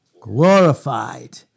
Glorified